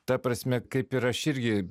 ta prasme kaip ir aš irgi